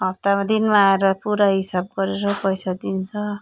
हप्तामा दिनमा आएर पुरा हिसाब गरेर पैसा दिन्छ